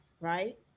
right